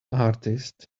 artist